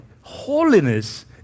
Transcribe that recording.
holiness